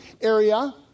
area